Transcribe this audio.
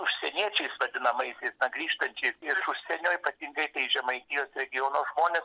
užsieniečiais vadinamaisiais grįžtančiais iš užsienio ypatingai tai žemaitijos regiono žmonės